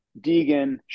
Deegan